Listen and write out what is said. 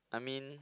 I mean